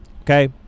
Okay